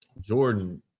Jordan